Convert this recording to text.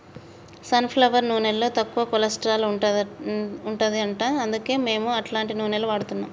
sun flower నూనెలో తక్కువ cholesterol ఉంటది అంట అందుకే మేము అట్లాంటి నూనెలు వాడుతున్నాం